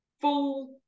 full